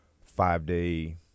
five-day